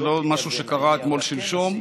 זה לא משהו שקרה אתמול-שלשום,